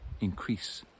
increase